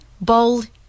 bold